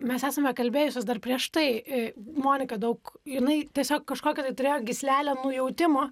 mes esame kalbėjusios dar prieš tai i monika daug jinai tiesiog kažkokią tai turėjo gyslelę nujautimo